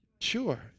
Sure